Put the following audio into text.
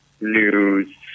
news